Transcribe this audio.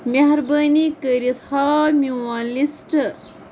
مہربٲنی کٔرِتھ ہاو میون لسٹ